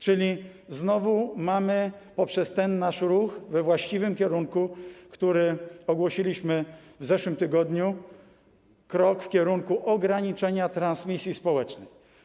Czyli znowu poprzez ten nasz ruch we właściwym kierunku, który ogłosiliśmy w zeszłym tygodniu, mamy krok w kierunku ograniczenia transmisji społecznej.